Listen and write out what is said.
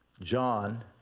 John